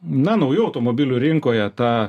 na naujų automobilių rinkoje ta